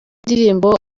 ndirimbo